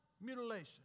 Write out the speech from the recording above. Mutilation